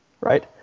Right